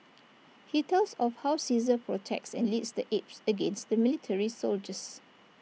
he tells of how Caesar protects and leads the apes against the military soldiers